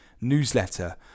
newsletter